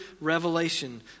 revelation